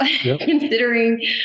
Considering